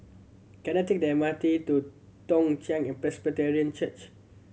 can I take the M R T to Toong Chai Presbyterian Church